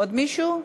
עוד מישהו?